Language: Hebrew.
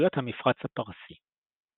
בנסיכויות המפרץ הפרסי.